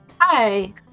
Hi